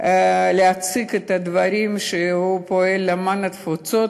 להציג את הדברים שהוא פועל למען התפוצות,